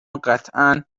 قطعا